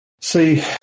See